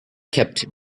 kept